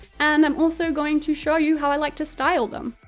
and i'm also going to show you how i like to style them!